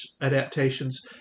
adaptations